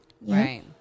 Right